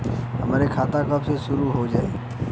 हमार खाता कब से शूरू हो जाई?